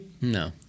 No